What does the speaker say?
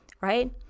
right